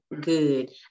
good